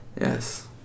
Yes